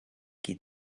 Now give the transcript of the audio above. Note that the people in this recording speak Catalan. qui